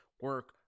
Work